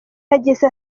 yagize